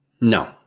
no